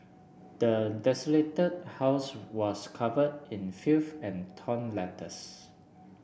the desolated house was covered in filth and torn letters